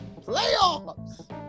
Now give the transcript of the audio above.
Playoffs